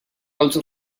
also